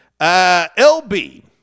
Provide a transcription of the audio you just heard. LB